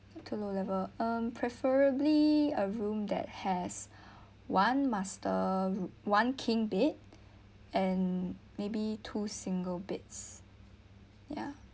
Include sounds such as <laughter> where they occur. um preferably a room that has <breath> one master one king bed and maybe two single beds yeah